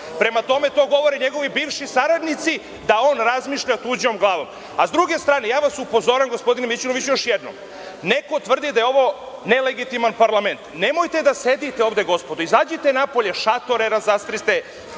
Prema tome, to govore njegovi bivši saradnici da on razmišlja tuđom glavom. Sa druge strane, upozoravam vas, gospodine Mićunoviću, još jednom, neko tvrdi da je ovo nelegitiman parlament. Nemojte da sedite ovde gospodo, izađite napolje, šatore razapnite,